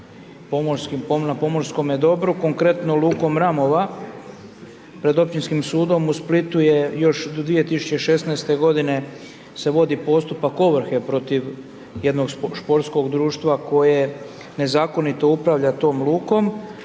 na pomorskome dobru, konkretno lukom Ramova, pred Općinskim sudom u Splitu još do 2016. se vodi postupak ovrhe protiv jednog športskog društva koje nezakonito upravlja tom lukom